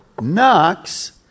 knocks